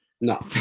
no